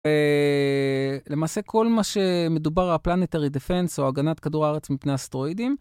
למעשה כל מה שמדובר הפלנטרי דפנס, או הגנת כדור הארץ מפני אסטרואידים.